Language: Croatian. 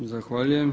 Zahvaljujem.